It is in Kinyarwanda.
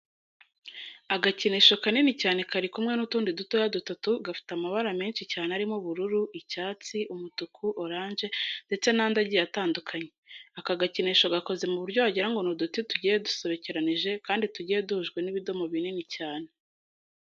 Agakinisho kanini cyane kari kumwe n'utundi dutoya dutatu gafite amabara menshi cyane arimo ubururu, icyasti, umutuku, oranje ndetse n'andi agiye atandukanye. Aka gakinisho gakoze mu buryo wagira ngo ni uduti tugiuye dusobekeranije kandi tugiye duhujwe n'ibidomo binini cyane.